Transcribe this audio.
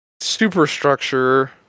superstructure